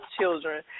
children